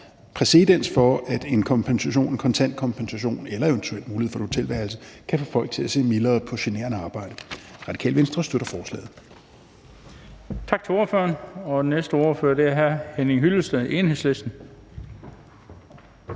kompensation, kontant kompensation eller eventuelt mulighed for et hotelværelse, kan få folk til at se mildere på generende arbejde. Radikale Venstre støtter forslaget.